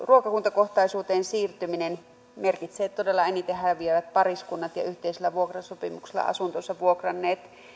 ruokakuntakohtaisuuteen siirtyminen merkitsee todella että eniten häviävät pariskunnat ja yhteisellä vuokrasopimuksella asuntonsa vuokranneet